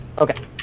Okay